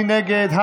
מי נגד?